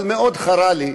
אבל מאוד חרה לי,